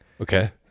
Okay